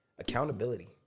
accountability